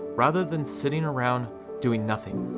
rather than sitting around doing nothing.